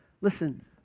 listen